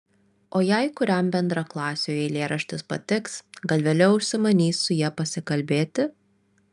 o jei kuriam bendraklasiui eilėraštis patiks gal vėliau užsimanys su ja pasikalbėti